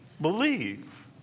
Believe